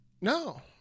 No